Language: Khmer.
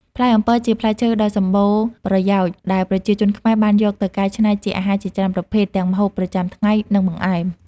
ផ្លែអំពិល ជាផ្លែឈើដ៏សម្បូរប្រយោជន៍ដែលប្រជាជនខ្មែរបានយកទៅកែច្នៃជាអាហារជាច្រើនប្រភេទ ទាំងម្ហូបប្រចាំថ្ងៃ និងបង្អែម។